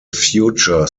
future